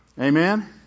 Amen